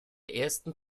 ersten